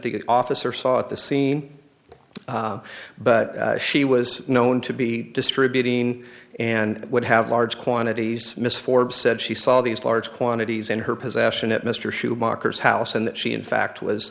the officer saw at the scene but she was known to be distributing and would have large quantities misformed said she saw these large quantities in her possession at mr schumacher house and that she in fact was